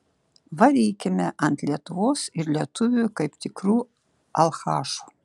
varykime ant lietuvos ir lietuvių kaip tikrų alchašų